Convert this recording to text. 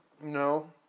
No